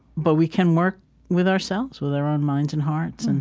but we can work with ourselves, with our own minds and hearts, and